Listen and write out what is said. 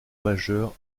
majeur